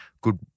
good